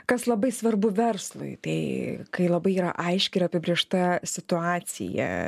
kas labai svarbu verslui tai kai labai yra aiški ir apibrėžta situacija